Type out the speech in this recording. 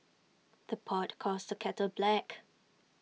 the pot calls the kettle black